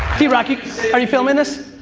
drock, are you filming this?